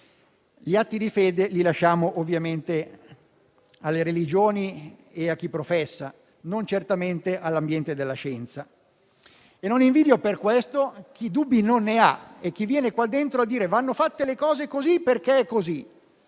Gli atti di fede li lasciamo ovviamente alle religioni e a chi professa e non certamente all'ambiente della scienza. Non invidio per questo chi dubbi non ne ha e chi viene qua dentro a dire: «Le cose vanno fatte così perché è così».